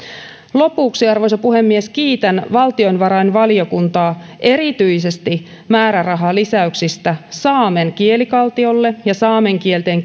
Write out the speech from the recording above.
lopuksi arvoisa puhemies kiitän valtiovarainvaliokuntaa erityisesti määrärahalisäyksistä saamen kielikaltiolle ja saamen kielten